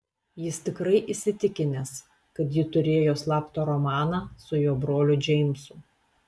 jis tikrai įsitikinęs kad ji turėjo slaptą romaną su jo broliu džeimsu